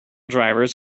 drivers